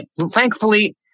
thankfully